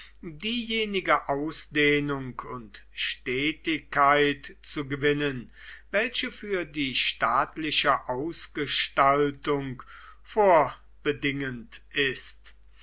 diejenige ausdehnung und stetigkeit zu gewinnen welche für die staatliche ausgestaltung vorbedingend ist